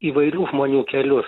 įvairių žmonių kelius